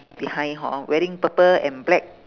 behind hor wearing purple and black